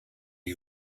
you